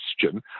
question